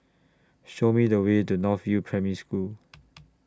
Show Me The Way to North View Primary School